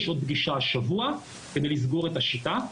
יש עוד פגישה השבוע כדי לסגור את השיטה.